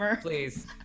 please